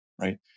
right